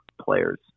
players